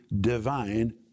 divine